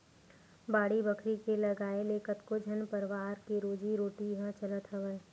बाड़ी बखरी के लगाए ले कतको झन परवार के रोजी रोटी ह चलत हवय